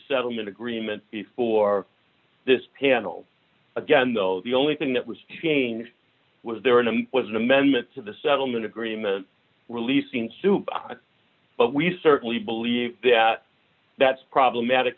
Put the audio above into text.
settlement agreement before this panel again though the only thing that was being was there in them was an amendment to the settlement agreement releasing soup but we certainly believe that that's problematic